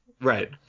right